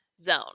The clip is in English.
zone